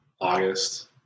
august